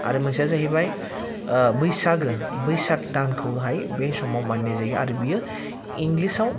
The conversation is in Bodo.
आरो मोनसेया जाहैबाय बैसागो बैसाग दानखौहाय बे समाव मानिनाय जायो आरो बियो इंलिसाव